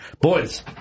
Boys